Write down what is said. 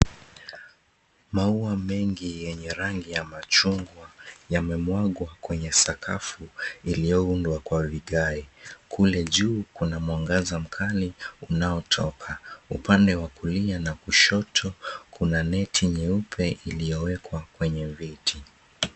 Maua mengi yenye rangi ya machungwa yamemwagwa kwenye sakafu iliyoundwa kwa vigae. Kule juu kuna mwangaza mkali unaotoka. Upande wa kulia na kushoto kuna neti nyeupe iliyowekwa kwenye viti.